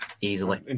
easily